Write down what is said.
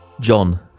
John